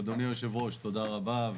אדוני יושב הראש תודה רבה.